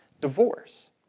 divorce